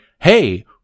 hey